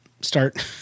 start